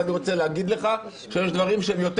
ואני רוצה להגיד לך שיש דברים שהם יותר